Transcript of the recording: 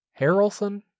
Harrelson